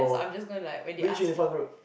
so I'm just gonna like when they ask me